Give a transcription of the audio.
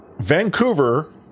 Vancouver